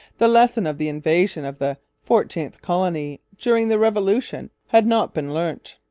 the lesson of the invasion of the fourteenth colony during the revolution had not been learnt.